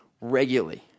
regularly